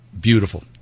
beautiful